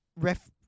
ref